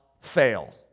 fail